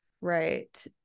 right